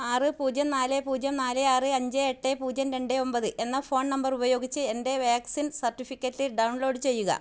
ആറ് പൂജ്യം നാല് പൂജ്യം നാല് ആറ് അഞ്ച് എട്ട് പൂജ്യം രണ്ട് ഒമ്പത് എന്ന ഫോൺ നമ്പർ ഉപയോഗിച്ച് എൻ്റെ വാക്സിൻ സർട്ടിഫിക്കറ്റ് ഡൗൺലോഡ് ചെയ്യുക